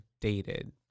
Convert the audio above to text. dated